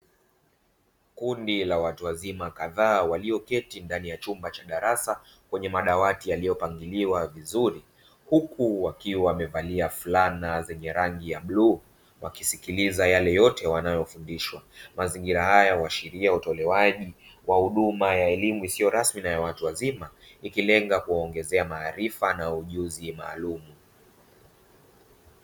Kundi la watu wazima kadhaa walioketi ndani ya chumba cha darasa kwenye madawati yaliyopangiliwa vizuri. Huku wakiwa wamevalia fulana zenye rangi ya bluu wakisikiliza yale yote wanayofundishwa. Mazingira haya huashiria utolewaji wa huduma ya elimu isiyo rasmi na ya watu wazima, ikilenga kuwaongezea maarifa na ujuzi maalumu.